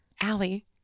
Allie